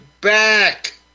back